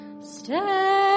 Stay